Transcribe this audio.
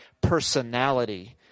personality